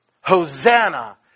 Hosanna